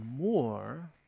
more